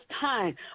time